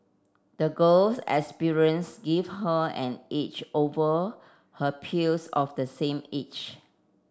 the girl's experience gave her an edge over her peers of the same age